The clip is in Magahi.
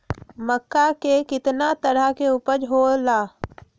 मक्का के कितना तरह के उपज हो ला?